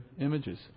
images